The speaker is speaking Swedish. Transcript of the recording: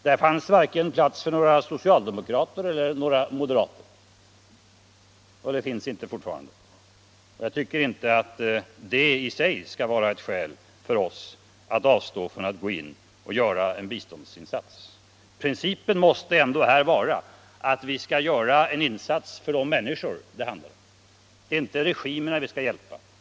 Där varken fanns eller finns i dag plats för vare sig några socialdemokrater eller några moderater. Men jag tycker inte att det i sig skall vara ett skäl för oss att avstå från att gå in och göra en biståndsinsats. Vi skall göra våra insatser för människorna, inte för regimen.